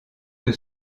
que